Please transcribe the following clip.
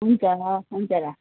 हुन्छ हुन्छ ल